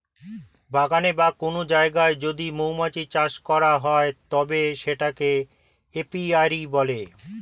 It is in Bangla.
বাগানে বা কোন জায়গায় যদি মৌমাছি চাষ করা হয় তবে সেটাকে এপিয়ারী বলে